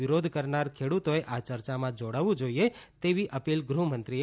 વિરોધ કરનાર ખેડૂતોએ આ ચર્ચામાં જોડાવું જોઈએ તેવી અપીલ ગૃહમંત્રીએ કરી હતી